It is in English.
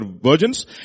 virgins